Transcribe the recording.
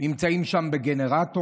הם נמצאים שם עם גנרטורים,